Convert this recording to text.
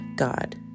God